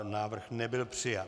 Návrh nebyl přijat.